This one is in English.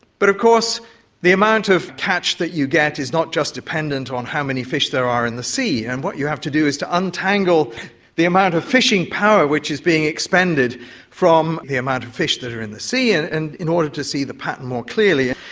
but of course the amount of catch that you get is not just dependent on how many fish there are in the sea, and what you have to do is to untangle the amount of fishing power which is being expended from the amount of fish that are in the sea and and in order to see the pattern more clearly.